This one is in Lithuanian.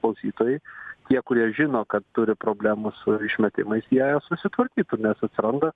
klausytojai tie kurie žino kad turi problemų su išmetimais jie jas susitvarkytų nes atsiranda